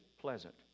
Pleasant